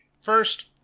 first